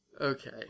Okay